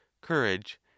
courage